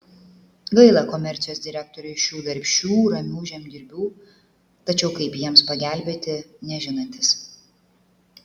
gaila komercijos direktoriui šių darbščių ramių žemdirbių tačiau kaip jiems pagelbėti nežinantis